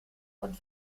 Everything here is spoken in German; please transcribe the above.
und